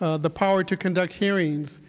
ah the power to conduct hearings,